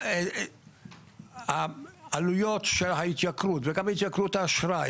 גם העלויות של ההתייקרות וגם התייקרות האשראי